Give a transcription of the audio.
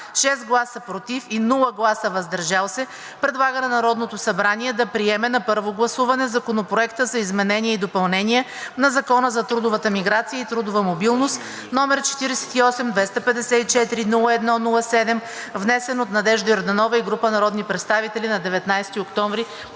6 гласа „против“ и без „въздържал се“ предлага на Народното събрание да приеме на първо гласуване Законопроект за изменение и допълнение на Закона за трудовата миграция и трудовата мобилност, № 48-254-01-07, внесен от Надежда Йорданова и група народни представители на 19 октомври